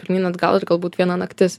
pirmyn atgal ir galbūt viena naktis